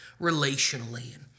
relationally